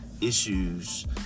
issues